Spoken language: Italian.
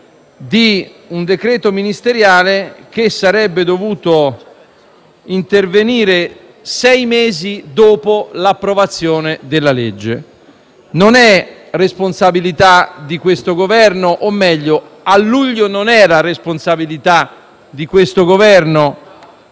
di un decreto ministeriale che sarebbe dovuto intervenire sei mesi dopo l'approvazione della legge. Non è responsabilità di questo Governo; o meglio, a luglio non era responsabilità di questo Governo